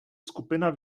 skupina